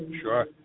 Sure